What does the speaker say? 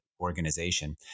organization